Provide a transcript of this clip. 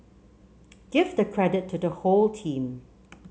give the credit to the whole team